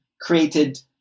created